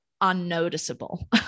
unnoticeable